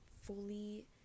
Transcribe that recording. fully